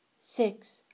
six